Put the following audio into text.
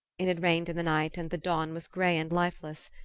it had rained in the night and the dawn was gray and lifeless.